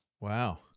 wow